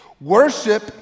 Worship